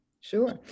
Sure